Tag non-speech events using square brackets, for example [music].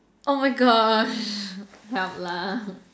oh my gosh [laughs] help lah